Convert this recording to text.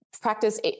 practice